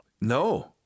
No